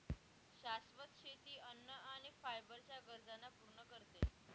शाश्वत शेती अन्न आणि फायबर च्या गरजांना पूर्ण करते